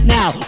Now